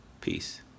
peace